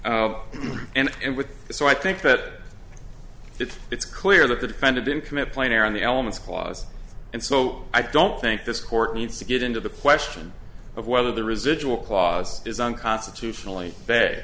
with so i think that it's clear that the defendant didn't commit player on the elements clause and so i don't think this court needs to get into the question of whether the residual clause is unconstitutional